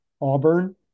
Auburn